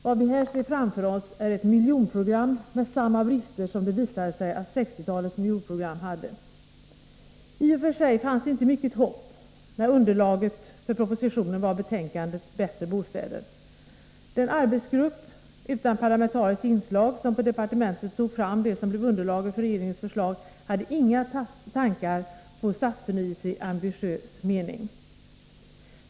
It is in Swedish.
Vad vi här ser framför oss är ett miljonprogram med samma brister som det visade sig att 1960-talets miljonprogram hade. I och för sig fanns det inte mycket hopp när underlaget för propositionen var betänkandet Bättre bostäder. Den arbetsgrupp utan parlamentariskt inslag som på departementet tog fram det som blev underlaget för regeringens förslag hade inga tankar om stadsförnyelse i ambitiös mening.